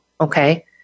okay